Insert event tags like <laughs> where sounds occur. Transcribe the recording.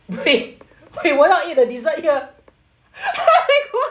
wait wait why not eat the dessert here <laughs>